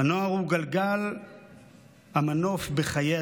'מן הנקודה המתה' גלגל המנוף בחיי הציבור,